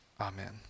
amen